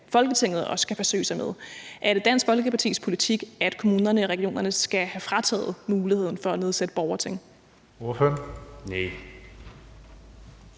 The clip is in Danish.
Folketinget også skal forsøge sig med. Er det Dansk Folkepartis politik, at kommunerne og regionerne skal have frataget muligheden for at nedsætte borgerting?